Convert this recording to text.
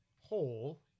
hole